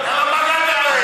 למה בגדת בהם?